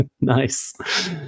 Nice